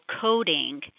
coding